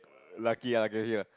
lucky ah